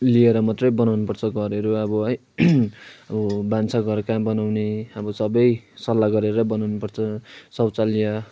लिएर मत्रै बनाउनु पर्छ घरहरू अब है अब भान्साघर कहाँ बनाउने अब सबै सल्लाह गरेरै बनाउनु पर्छ शौचालय